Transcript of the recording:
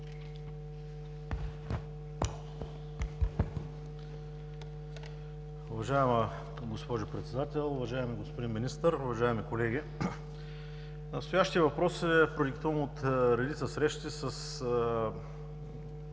Уважаема госпожо Председател, уважаеми господин Министър, уважаеми колеги! Настоящият въпрос е продиктуван от редица срещи по